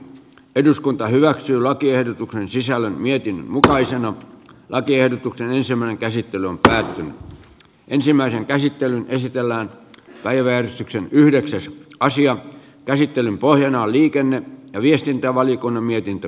eduskunta hyväksyi lakiehdotuksen sisällä mietin mutkaisen lakiehdotuksen ensimmäinen käsittely on päivän ensimmäinen käsittely esitellään päivän yhdeksäs asian käsittelyn pohjana on liikenne ja viestintävaliokunnan mietintö